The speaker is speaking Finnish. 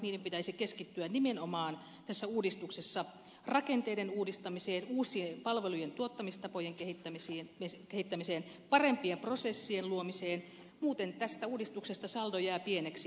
niiden pitäisi keskittyä tässä uudistuksessa nimenomaan rakenteiden uudistamiseen uusien palvelujen tuottamistapojen kehittämiseen parempien prosessien luomiseen muuten tästä uudistuksesta saldo jää pieneksi